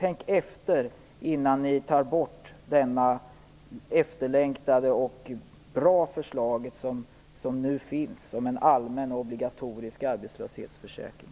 Tänk efter innan ni tar bort det efterlängtade och bra systemet som nu finns med en allmän och obligatorisk arbetslöshetsförsäkring!